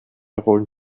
rollen